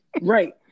Right